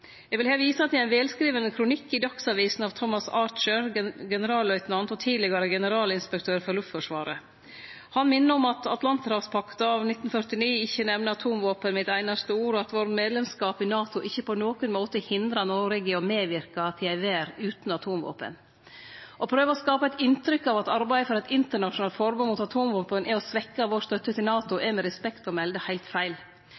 Eg vil her vise til ein velskriven kronikk i Dagsavisen av Tomas C. Archer, generalløytnant og tidlegare generalinspektør for Luftforsvaret. Han minner om at Atlanterhavspakta av 1949 ikkje nemner atomvåpen med eitt einaste ord, og at medlemskapen vår i NATO ikkje på nokon måte hindrar Noreg i å medverke til ei verd utan atomvåpen. Å prøve å skape eit inntrykk av at arbeidet for eit internasjonalt forbod mot atomvåpen er å svekkje støtta vår til NATO, er med respekt å melde heilt feil.